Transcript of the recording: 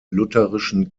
lutherischen